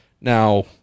Now